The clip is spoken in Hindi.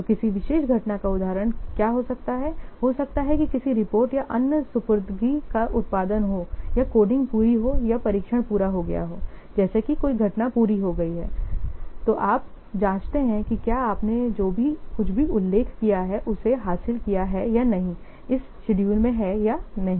तो किसी विशेष घटना का उदाहरण क्या हो सकता है हो सकता है कि किसी रिपोर्ट या अन्य सुपुर्दगी का उत्पादन हो या कोडिंग पूरी हो या परीक्षण पूरा हो गया हो जैसे कि कोई घटना पूरी हो गई है तो आप जांचते हैं कि क्या आपने जो कुछ भी उल्लेख किया है उसे हासिल किया है या नहीं इस शेडूल में या नहीं